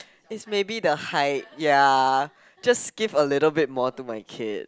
is maybe the height ya just give a little bit more to my kid